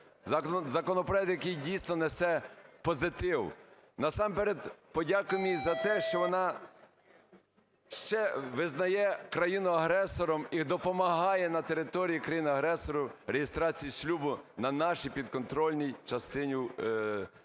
Законопроект, який, дійсно, несе позитив. Насамперед подякуємо їй за те, що вона ще визнає країну агресором і допомагає на території країни-агресора реєстрації шлюбу на нашій підконтрольній частині, на